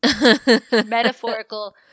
Metaphorical